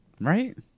Right